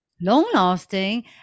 long-lasting